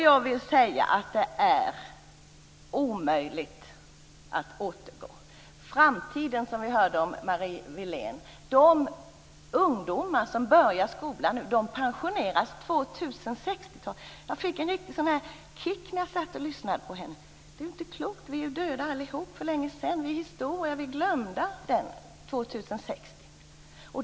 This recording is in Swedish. Jag vill säga att det är omöjligt att återgå. När jag hörde Marie Wilén tala om framtiden fick jag något av en kick. De ungdomar som nu börjar skolan kommer att pensioneras år 2060, och år 2060 är vi allihop döda för länge sedan. Då är vi historia eller bortglömda.